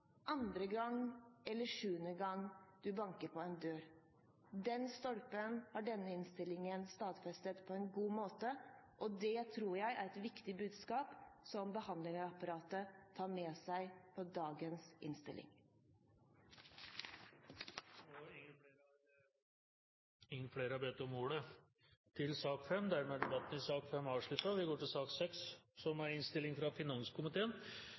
andre gang eller sjuende gang du banker på en dør. Den stolpen har denne innstillingen stadfestet på en god måte, og det tror jeg er et viktig budskap som behandlingsapparatet tar med seg fra dagens innstilling. Flere har ikke bedt om ordet til sak nr. 5. Etter ønske fra finanskomiteen